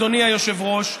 אדוני היושב-ראש,